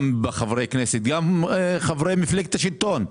גם מצד חברי כנסת וגם מצד חברי מפלגת השלטון.